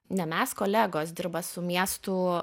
ne mes kolegos dirba su miestų